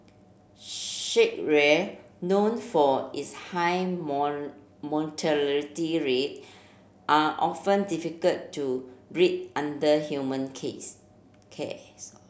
shark ray known for its high mortality rate are often difficult to breed under human case cares